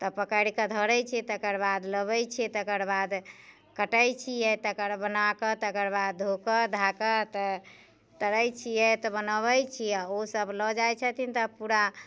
तऽ पकड़िकऽ धरै छियै तकर बाद लबै छियै तकर बाद कटै छियै तकर बनाकऽ तकर बाद धोकऽ धाकऽ तरै छियै तऽ बनोबै छियै ओ सभ लऽ जाइ छथिन तऽ पूरा